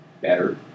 better